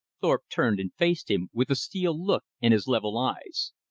thorpe turned and faced him with a steel look in his level eyes.